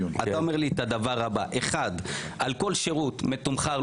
אתה אומר לי את הדבר הבא: על כל שירות מתומחר,